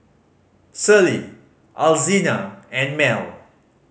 Celie Alzina and Mell